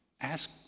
ask